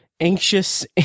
anxious